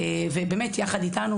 ובאמת יחד איתנו,